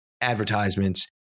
advertisements